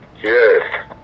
yes